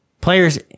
Players